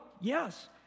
yes